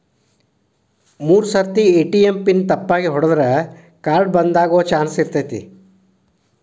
ಮೂರ್ ಸರ್ತಿ ATM PIN ತಪ್ಪಾಗಿ ಹೊಡದ್ರ ಕಾರ್ಡ್ ಬಂದಾಗೊ ಚಾನ್ಸ್ ಇರ್ತೈತಿ